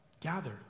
Gather